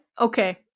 okay